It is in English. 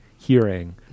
hearing